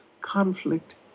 conflict